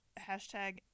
hashtag